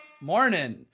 Morning